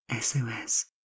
SOS